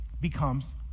becomes